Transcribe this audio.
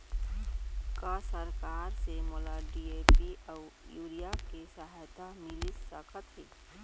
का सरकार से मोला डी.ए.पी अऊ यूरिया के सहायता मिलिस सकत हे?